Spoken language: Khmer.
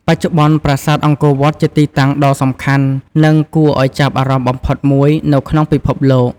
បច្ចុប្បន្ន ប្រាសាទអង្គរវត្តជាទីតាំងដ៏សំខាន់ និងគួរឱ្យចាប់អារម្មណ៍បំផុតមួយនៅក្នុងពិភពលោក។